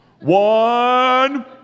One